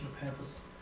purpose